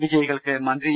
വിജയികൾക്ക് മന്ത്രി ഇ